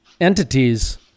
entities